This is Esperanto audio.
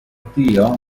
tio